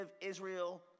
Israel